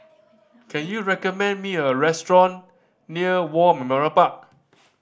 can you recommend me a restaurant near War Memorial Park